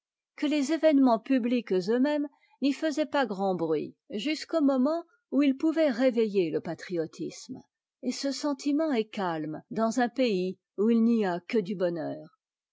que les événements publics eux-mêmes n'y faisaient pas grand bruit jusqu'au moment où'its pouvaient réveiller le patriotisme et ce sentiment est calme dans un pays où il n'y a que du bonheur